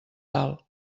dalt